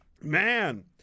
man